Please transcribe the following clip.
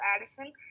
Addison